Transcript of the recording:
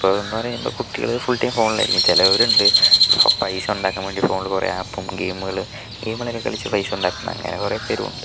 ഇപ്പം എന്ന് പറയുമ്പം കുട്ടികള് ഫുൾടൈം ഫോണിലായിരിക്കും ചിലരുണ്ട് പൈസ ഉണ്ടാക്കാൻ വേണ്ടീ ഫോണില് കുറെ ആപ്പും ഗെയിമുകള് ഗെയിമുകളൊക്കെ കളിച്ച് പൈസ ഉണ്ടാക്കുന്ന അങ്ങനെ കുറെ പേരും ഉണ്ട്